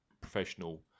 professional